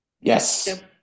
Yes